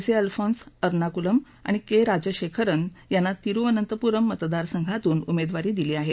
जे अल्फॉन्स एर्नाकुलम आणि के राजशेखरन यांना तिरुवअनंतपूरम मतदार संघातून उमेदवारी दिली आहे